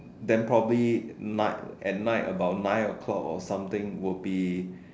then probably night at night about nine o-clock or something would be